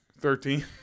Thirteen